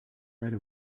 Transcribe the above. right